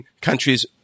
countries